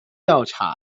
调查